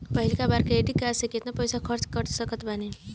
पहिलका बेर credit card से केतना पईसा खर्चा कर सकत बानी?